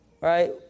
right